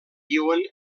viuen